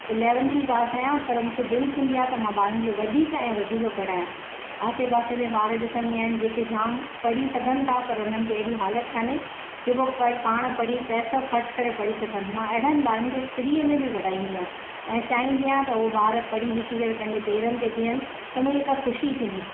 eleventh ई पास आहियां पर मूंखे दिलि थींदी आहे त मां ॿारनि खे वधीक ऐं वधीक पढ़ाया आसे पासे में ॿार ॾिसंदी आहियां जेके जाम पढ़ी सघनि था पर हुननि खे अहिड़ी हालति काने जेको पाणि पढ़ी पैसा ख़र्चु पढ़ी सघनि मां हेॾनि ॿारनि खे फ्री में बि पढ़ाईंदी आहे ऐं चाहींदी त उहे ॿारनि पढ़ी लिखी करे पंहिंजे पैरनि ते बीहनि त मूंखे हिकु ख़ुशी थींदी